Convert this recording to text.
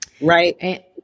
Right